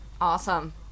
Awesome